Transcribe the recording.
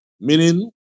meaning